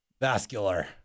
Vascular